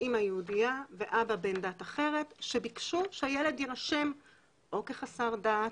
אמא יהודייה ואבא בן דת אחרת שביקשו שהילד יירשם או כחסר דת,